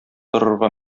торырга